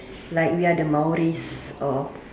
like we are the Maoris of